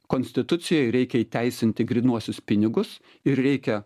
konstitucijoj reikia įteisinti grynuosius pinigus ir reikia